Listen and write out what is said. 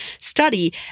study